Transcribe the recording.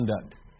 conduct